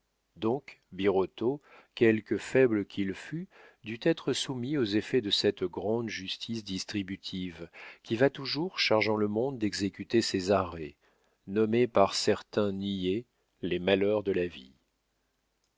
donc birotteau quelque faible qu'il fût dut être soumis aux effets de cette grande justice distributive qui va toujours chargeant le monde d'exécuter ses arrêts nommés par certains niais les malheurs de la vie